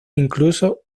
incluso